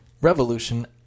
Revolution